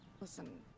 listen